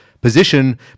position